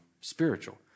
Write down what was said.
spiritual